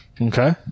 okay